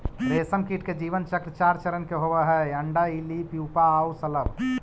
रेशमकीट के जीवन चक्र चार चरण के होवऽ हइ, अण्डा, इल्ली, प्यूपा आउ शलभ